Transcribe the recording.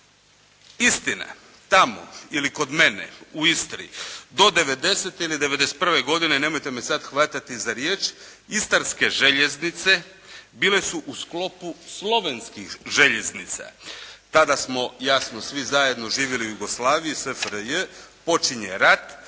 Istina, tamo ili kod mene u Istri do '90.-te ili '91. godine nemojte me sad hvatati za riječ istarske željeznice bile su u sklopu slovenskih željeznica. Tada smo jasno svi zajedno živjeli u Jugoslaviji, SFRJ, počinje rat.